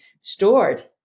stored